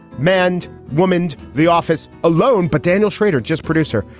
mand woman the office alone. but daniel schrader, just producer,